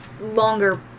longer